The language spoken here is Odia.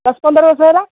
ଦଶ ପନ୍ଦର ବର୍ଷ ହେଲା